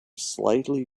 slightly